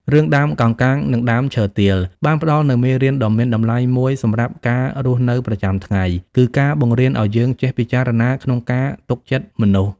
រឿង "ដើមកោងកាងនិងដើមឈើទាល" បានផ្តល់នូវមេរៀនដ៏មានតម្លៃមួយសម្រាប់ការរស់នៅប្រចាំថ្ងៃ គឺការបង្រៀនឲ្យយើងចេះពិចារណាក្នុងការទុកចិត្តមនុស្ស។